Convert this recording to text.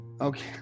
Okay